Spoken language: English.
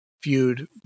feud